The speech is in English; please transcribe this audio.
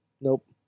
Nope